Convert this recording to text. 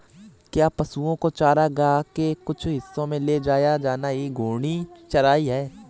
क्या पशुओं को चारागाह के कुछ हिस्सों में ले जाया जाना ही घूर्णी चराई है?